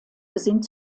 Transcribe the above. sind